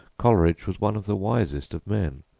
coleridge was one of the wisest of men,